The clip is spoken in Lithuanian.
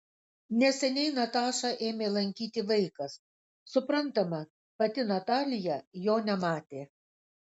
neseniai natašą ėmė lankyti vaikas suprantama pati natalija jo nematė